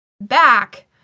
back